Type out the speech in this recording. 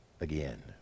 again